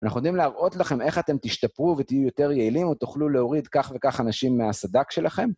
ואנחנו רוצים להראות לכם איך אתם תשתפרו ותהיו יותר יעילים ותוכלו להוריד כך וכך אנשים מהסדק שלכם.